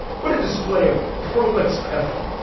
what a display of prolix piffle.